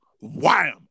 wham